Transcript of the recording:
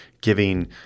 giving